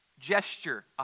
gesture